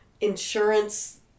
insurance